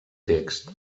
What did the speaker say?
text